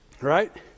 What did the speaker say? Right